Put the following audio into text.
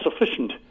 sufficient